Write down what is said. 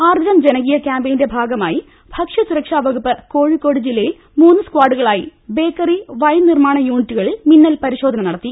ആർദ്രം ജനീകീയ ക്യാംപയിന്റെ ഭാഗാമായി ഭക്ഷ്യ സുരക്ഷാ വകുപ്പ് കോഴിക്കോട് ജില്ലയിൽ മൂന്ന് സ്കാഡുകളിലായി ബേക്കറി വൈൻ നിർമാണ യൂണിറ്റുകളിൽ മിന്നൽ പരിശോധന നടത്തി